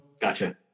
Gotcha